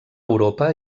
europa